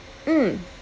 mm